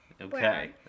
Okay